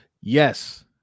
Yes